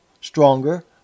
stronger